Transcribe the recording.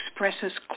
expresses